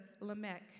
Lamech